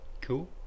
Cool